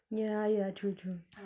ya ya true true